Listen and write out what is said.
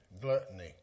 gluttony